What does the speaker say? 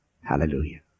Hallelujah